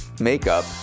makeup